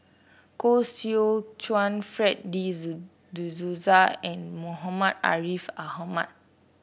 Koh Seow Chuan Fred De Souza and Muhammad Ariff Ahmad